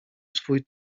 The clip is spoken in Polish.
swój